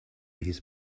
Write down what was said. his